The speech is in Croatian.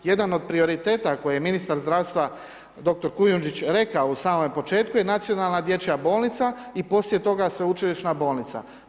Jedan od prioriteta koje je ministar zdravstva dr. Kujundžić rekao u samome početku je nacionalna dječja bolnica i poslije toga sveučilišna bolnica.